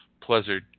pleasure